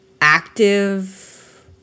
active